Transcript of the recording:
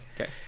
Okay